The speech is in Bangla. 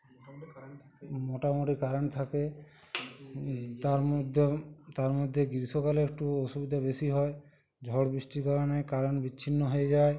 মোটামুটি কারেন্ট থাকে তার মধ্যেও তার মধ্যে গ্রীষ্মকালে একটু অসুবিধা বেশি হয় ঝড় বৃষ্টির কারণে কারেন্ট বিচ্ছিন্ন হয়ে যায়